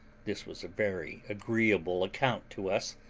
this was a very agreeable account to us,